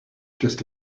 just